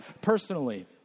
personally